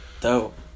Dope